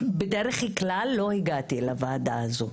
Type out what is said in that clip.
שבדרך-כלל לא הגעתי לוועדה הזאת.